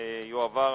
יועבר הנושא.